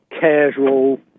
casual